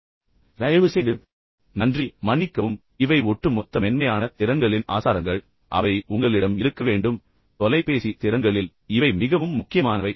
எனவே தயவுசெய்து நன்றி மன்னிக்கவும் இவை ஒட்டுமொத்த மென்மையான திறன்களின் ஆசாரங்கள் அவை உங்களிடம் இருக்க வேண்டும் மேலும் தொலைபேசி திறன்களில் இவை மிகவும் முக்கியமானவை